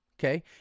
Okay